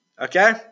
Okay